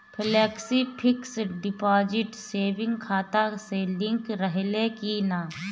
Flexi fix deposit saving खाता से link रहले कि ना?